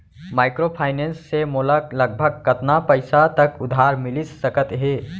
Microfinance से मोला लगभग कतना पइसा तक उधार मिलिस सकत हे?